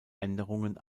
änderungen